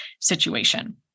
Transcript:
situation